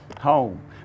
home